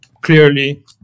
clearly